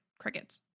crickets